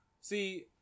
See